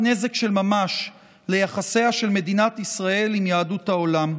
נזק של ממש ליחסיה של מדינת ישראל עם יהדות העולם.